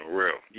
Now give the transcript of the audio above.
real